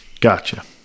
Gotcha